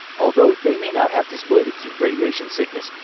although they may not have displayed acute radiation sickness,